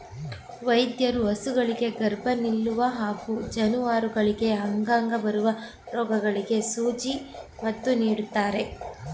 ಪಶುವೈದ್ಯರು ಹಸುಗಳಿಗೆ ಗರ್ಭ ನಿಲ್ಲುವ ಹಾಗೂ ಜಾನುವಾರುಗಳಿಗೆ ಆಗಾಗ ಬರುವ ರೋಗಗಳಿಗೆ ಸೂಜಿ ಮದ್ದು ನೀಡ್ತಾರೆ